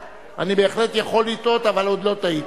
אני, בהחלט, יכול לטעות, אבל עוד לא טעיתי.